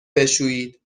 بشویید